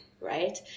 right